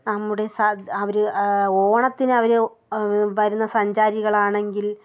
നമ്മുടെ സദ് അവർ ഓണത്തിന് അവർ വരുന്ന സഞ്ചാരികൾ ആണെങ്കിൽ